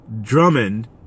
Drummond